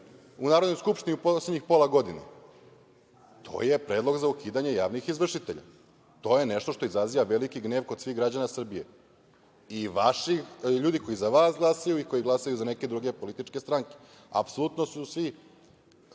u Narodnoj skupštini u poslednjih pola godine. To je predlog za ukidanje javnih izvršitelja. To je nešto što izaziva veliki gnev kod svih građana Srbije i vaših ljudi koji za vas glasaju i koji glasaju za neke druge političke stranke. Apsolutno su svi